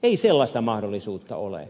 ei sellaista mahdollisuutta ole